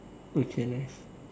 we can rest